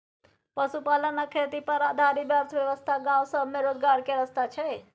पशुपालन आ खेती पर आधारित अर्थव्यवस्था गाँव सब में रोजगार के रास्ता छइ